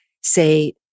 say